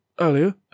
earlier